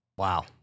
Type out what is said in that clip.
Wow